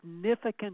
significant